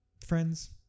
friends